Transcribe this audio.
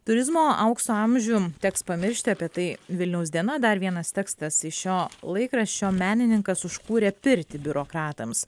turizmo aukso amžium teks pamiršti apie tai vilniaus diena dar vienas tekstas iš šio laikraščio menininkas užkūrė pirtį biurokratams